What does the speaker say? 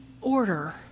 order